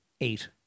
eight